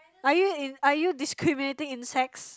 are you in are you discriminating insects